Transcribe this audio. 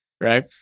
Right